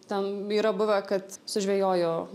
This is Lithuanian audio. ten yra buvę kad sužvejojo